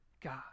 God